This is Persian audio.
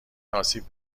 آسیب